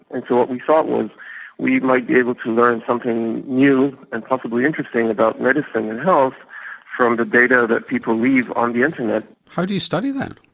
and so what we thought was we might be able to learn something new and possibly interesting about medicine and health from the data that people leave on the internet. how do you study that?